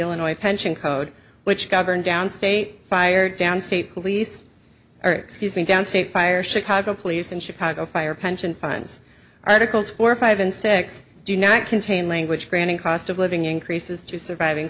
illinois pension code which govern down state fire down state police or excuse me downstate fire chicago police and chicago fire pension funds articles four five and six do not contain language granting cost of living increases to surviving